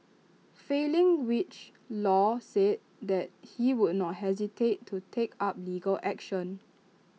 failing which law said that he would not hesitate to take up legal action